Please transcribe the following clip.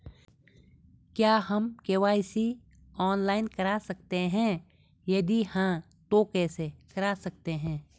क्या हम KYC online करा सकते हैं यदि हाँ तो कैसे करा सकते हैं?